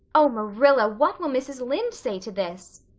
oh marilla, what will mrs. lynde say to this?